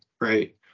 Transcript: right